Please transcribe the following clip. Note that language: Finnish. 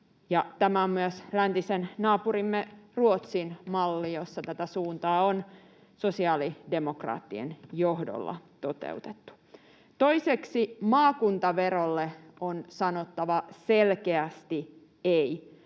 Tämä on myös läntisen naapurimme Ruotsin malli, missä tätä suuntaa on sosiaalidemokraattien johdolla toteutettu. Toiseksi maakuntaverolle on sanottava selkeästi ”ei”.